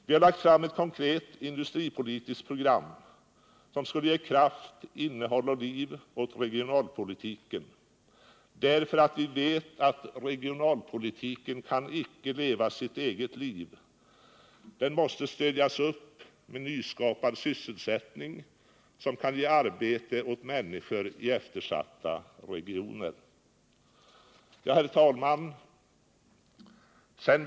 Vi har lagt fram ett konkret industripolitiskt program som syftar till att ge kraft, innehåll och liv åt regionalpolitiken. Vi vet nämligen att regionalpolitiken icke kan leva sitt eget liv. Den måste få stöd i form av nyskapad sysselsättning som kan ge arbete åt människor i eftersatta regioner. Herr talman!